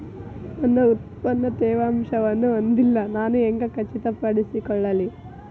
ನನ್ನ ಉತ್ಪನ್ನ ತೇವಾಂಶವನ್ನು ಹೊಂದಿಲ್ಲಾ ನಾನು ಹೆಂಗ್ ಖಚಿತಪಡಿಸಿಕೊಳ್ಳಲಿ?